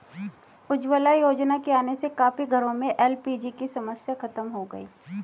उज्ज्वला योजना के आने से काफी घरों में एल.पी.जी की समस्या खत्म हो गई